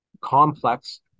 complex